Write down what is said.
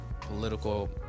political